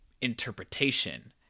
interpretation